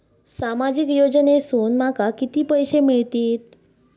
सामाजिक योजनेसून माका किती पैशे मिळतीत?